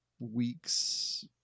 weeks